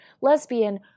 lesbian